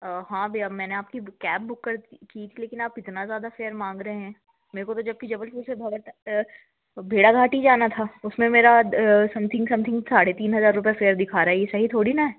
हाँ भैया मैंने आपकी कैब बुक कर की थी लेकिन आप इतना ज़्यादा फ़ेयर मांग रहे हैं मेरे को तो जबकि जबलपुर से भर भेड़ाघाट ही जाना था उसमें मेरा समथींग समथिंग साढ़े तीन हज़ार रुपए फ़ेयर दिखा रहा है ये सही थोड़ी ना है